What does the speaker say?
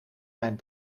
mijn